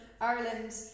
ireland